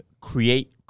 create